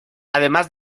además